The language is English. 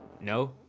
No